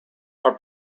are